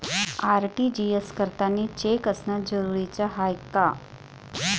RTGS करतांनी cheque असनं जरुरीच हाय का?